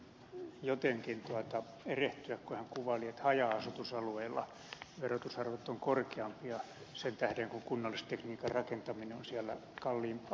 sasi taisi jotenkin erehtyä kun hän kuvaili että haja asutusalueilla verotusarvot ovat korkeampia sen tähden kun kunnallistekniikan rakentaminen on siellä kalliimpaa